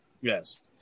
Yes